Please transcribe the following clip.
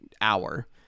hour